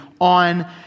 on